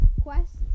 quests